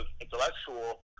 intellectual